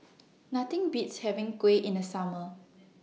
Nothing Beats having Kuih in The Summer